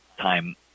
time